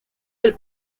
del